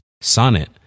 Sonnet